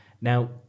Now